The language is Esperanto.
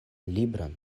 libron